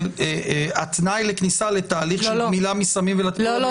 אבל התנאי לכניסה לתהליך של גמילה מסמים ולצורך שלו --- לא,